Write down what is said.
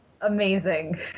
amazing